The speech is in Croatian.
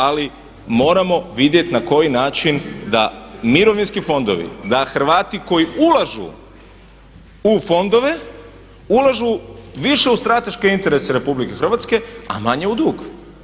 Ali moramo vidjeti na koji način da mirovinski fondovi, da Hrvati koji ulažu u fondove ulažu više u strateške interese RH a manje u dug.